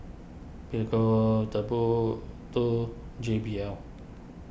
Prego Timbuk two J B L